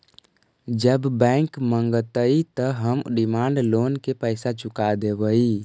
जब बैंक मगतई त हम डिमांड लोन के पैसा चुका देवई